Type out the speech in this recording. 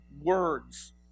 words